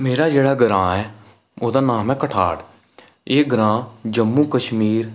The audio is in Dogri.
मेरा जेह्ड़ा ग्रांऽ ऐ ओह्दा नांऽ ऐ कठाड़ एह् ग्रांऽ जम्मू कशमीर